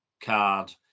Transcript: card